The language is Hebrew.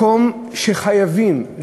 מקום שחייבים,